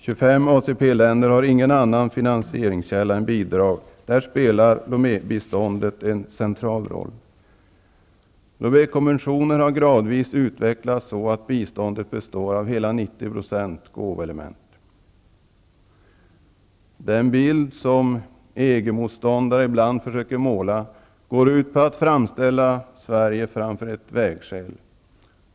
25 ACP-länder har ingen annan finansieringskälla än bidrag, och där spelar Lomébiståndet en central roll. Lomékonventionen har gradvis utvecklats så att biståndet består av gåvoelement till hela 90 %. Den bild som EG-motståndare ibland försöker måla går ut på att framställa Sverige framför ett vägskäl.